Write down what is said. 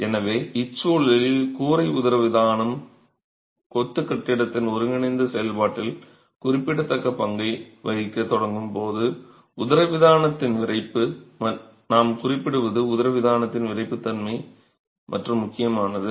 எனவே இச்சூழலில் கூரை உதரவிதானம் கொத்து கட்டிடத்தின் ஒருங்கிணைந்த செயல்பாட்டில் குறிப்பிடத்தக்க பங்கை வகிக்கத் தொடங்கும் போது உதரவிதானத்தின் விறைப்பு நாம் குறிப்பிடுவது உதரவிதானத்தின் விறைப்புத்தன்மை மற்றும் முக்கியமானது